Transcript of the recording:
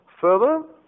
Further